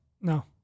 No